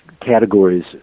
categories